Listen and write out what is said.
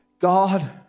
God